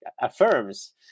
affirms